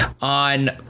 on